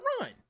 run